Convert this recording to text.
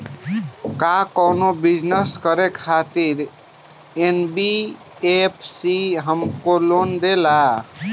का कौनो बिजनस करे खातिर एन.बी.एफ.सी हमके लोन देला?